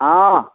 हँ